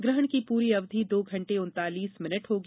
ग्रहण की पूरी अवधि दो घंटे उनतालीस मिनट होगी